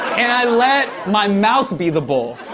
and i let my mouth be the bowl.